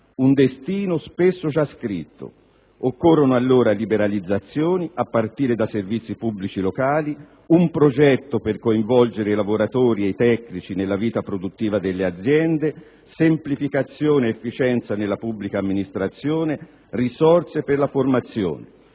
un destino spesso già scritto. Occorrono allora liberalizzazioni, a partire dai servizi pubblici locali, un progetto per coinvolgere i lavoratori e i tecnici nella vita produttiva delle aziende, semplificazione ed efficienza nella pubblica amministrazione, risorse per la formazione.